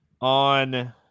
on